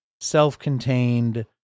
self-contained